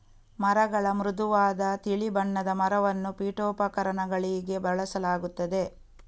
ಮರಗಳ ಮೃದುವಾದ ತಿಳಿ ಬಣ್ಣದ ಮರವನ್ನು ಪೀಠೋಪಕರಣಗಳಿಗೆ ಬಳಸಲಾಗುತ್ತದೆ